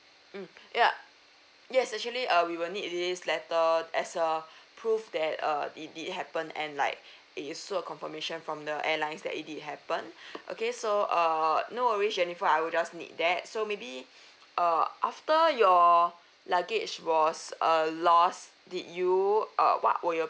mm ya yes actually uh we will need this letter as a proof that uh it did happen and like it's also a confirmation from the airlines that it did happen okay so err no worries jennifer I will just need that so maybe uh after your luggage was uh lost did you uh what were your